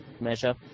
measure